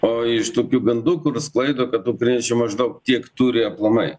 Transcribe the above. o iš tokių gandų kur sklaido kad ukrainiečiai maždaug tiek turi aplamai